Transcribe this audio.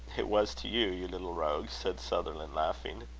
it was to you, you little rogue! said sutherland, laughing.